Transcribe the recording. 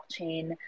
blockchain